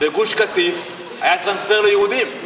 בגוש-קטיף היה טרנספר ליהודים.